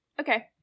Okay